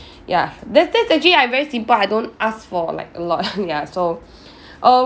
ya that's that's actually I'm very simple I don't ask for like a lot ya so